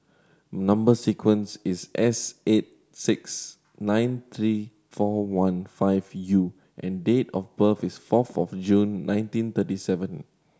number sequence is S eight six nine three four one five U and date of birth is four fourth June nineteen thirty seven